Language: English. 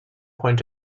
point